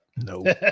No